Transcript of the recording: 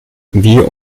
wir